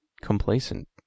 complacent